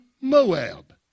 Moab